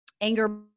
anger